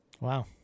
Wow